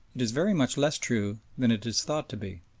it is very much less true than it is thought to be.